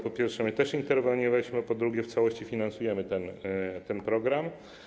Po pierwsze, my też interweniowaliśmy, po drugie, w całości finansujemy ten program.